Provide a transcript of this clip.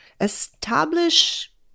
Establish